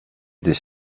des